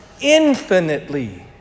infinitely